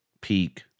peak